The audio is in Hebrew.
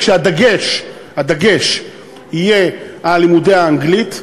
והדגש יהיה על לימודי האנגלית.